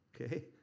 Okay